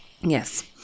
Yes